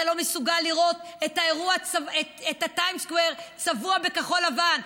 אתה לא מסוגל לראות את ה-Times Square צבוע בכחול-לבן.